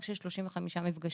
יש 35 מפגשים.